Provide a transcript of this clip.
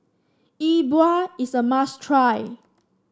E Bua is a must try